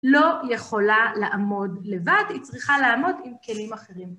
לא יכולה לעמוד לבד, היא צריכה לעמוד עם כלים אחרים.